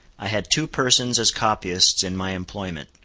i had two persons as copyists in my employment,